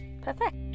perfect